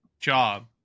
job